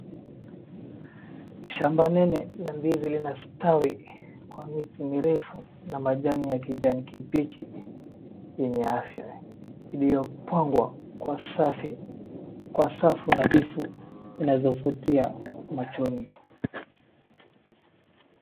Shambani ya ndizi lina stawi kwa miti mirefu na majani ya kijani kibichi yenye afya iliyopangwa kwa safu nadhifu inayovutia machoni.